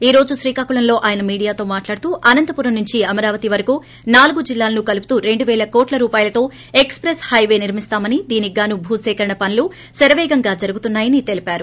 ఈ రోజు శ్రీకాకుళం ఆయన మీడియాతో మాట్లాడుతూ అనంతపురం నుంచి అవరావతి వరకూ నాలుగు జిల్లాలను కలుపుతూ రెండు పేల కోట్ల రూపాయలతో ఎక్స్ ప్రెస్ హైవే నిర్కిస్తామని దీనికి గాను భూసేకరణ పనులు శరపేగంగా జరుగుతున్నా యని తెలిపారు